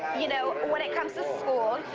you know, when it comes to school.